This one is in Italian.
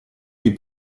dei